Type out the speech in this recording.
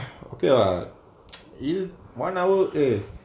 okay uh இது:ithu one hour eh